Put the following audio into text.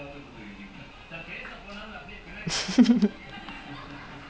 orh legit sun time lah இருக்காதே:irukkaathae legit half time then damn sad